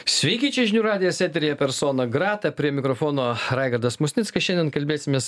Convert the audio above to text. sveiki čia žinių radijas eteryje persona grata prie mikrofono raigardas musnickas šiandien kalbėsimės